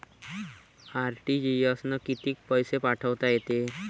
RTGS न कितीक पैसे पाठवता येते?